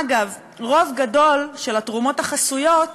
אגב, הרוב הגדול של התרומות החסויות